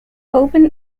open